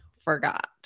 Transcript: forgot